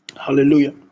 Hallelujah